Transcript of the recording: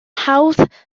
hawdd